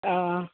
आं